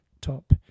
top